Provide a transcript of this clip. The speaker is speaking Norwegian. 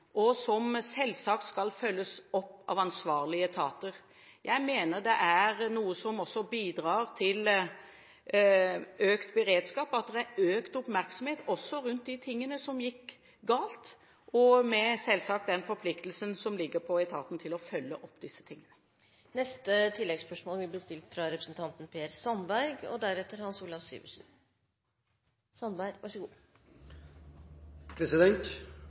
og som selvsagt skal følges opp av ansvarlige etater. Jeg mener at økt oppmerksomhet også rundt det som gikk galt, bidrar til økt beredskap, selvsagt med den forpliktelsen som ligger på etaten til å følge opp dette. Representanten Per Sandberg – til oppfølgingsspørsmål. Først vil jeg anbefale statsråden ikke å fordele kritikken fra denne talerstol på dem som jobber innenfor departement og